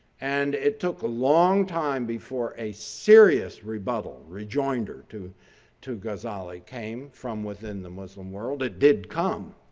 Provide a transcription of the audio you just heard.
and it took a long time before a serious re-battle, rejoinder to to ghazali came from within the muslim world. it did come,